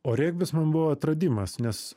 o regbis man buvo atradimas nes